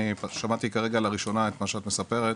לראשונה שמעתי עכשיו את מה שאת מספרת